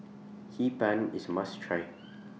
Hee Pan IS A must Try